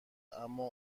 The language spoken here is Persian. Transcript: اما